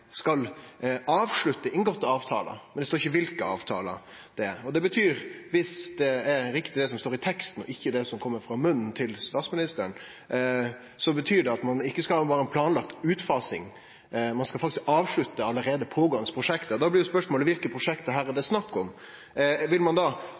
skal avslutte inngåtte avtalar, men det står ikkje kva for avtalar det er. Viss det er riktig det som står i teksten, og ikkje det som kjem frå munnen til statsministeren, så betyr det at ein ikkje berre skal ha ei planlagd utfasing, men ein skal avslutte allereie pågåande prosjekt. Da blir spørsmålet: Kva prosjekt er det her